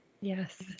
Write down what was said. Yes